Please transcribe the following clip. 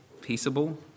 peaceable